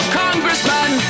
congressman